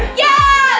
yeah,